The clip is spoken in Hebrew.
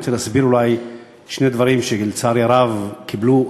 אני רוצה להסביר שני דברים שלצערי הרב קיבלו